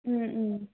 ꯎꯝ ꯎꯝ